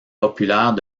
populaires